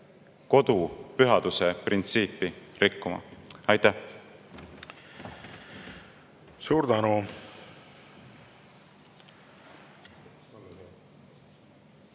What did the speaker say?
kodu pühaduse printsiipi rikkuma! Aitäh! Suur tänu!